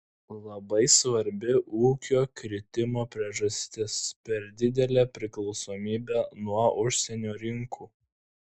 labai svarbi ūkio kritimo priežastis per didelė priklausomybė nuo užsienio rinkų